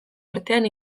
artean